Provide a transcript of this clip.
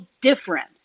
different